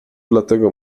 dlatego